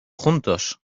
juntos